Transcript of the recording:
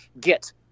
get